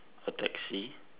a taxi